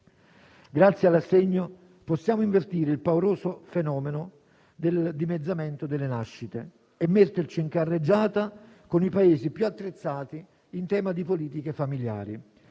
Grazie all'assegno possiamo invertire il pauroso fenomeno del dimezzamento delle nascite e metterci in carreggiata con i Paesi più attrezzati in tema di politiche familiari,